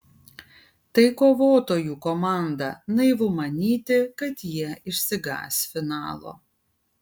tai kovotojų komanda naivu manyti kad jie išsigąs finalo